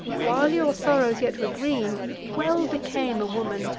while your sorrows yet were green, it well became a woman,